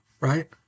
right